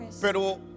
pero